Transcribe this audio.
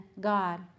God